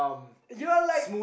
you're like